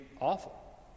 awful